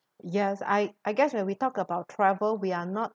yes I I guess when we talk about travel we are not